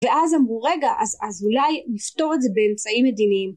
ואז אמרו רגע אז אולי נפתור את זה באמצעים מדיניים